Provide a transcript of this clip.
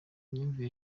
imyumvire